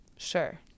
Sure